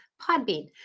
Podbean